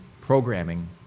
programming